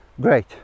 Great